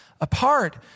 apart